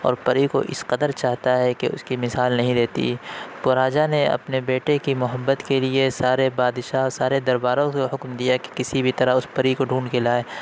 اور پری كو اِس قدر چاہتا ہے كہ اِس كی مثال نہیں رہتی تو راجا نے اپنے بیٹے کی محبت کے لیے سارے بادشاہ سارے درباریوں کو حکم دیا كہ كسی بھی طرح اُس پری كو ڈھونڈ كے لائے